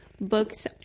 books